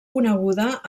coneguda